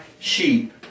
sheep